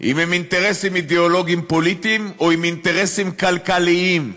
אם הם אינטרסים אידיאולוגיים-פוליטיים או אינטרסים כלכליים.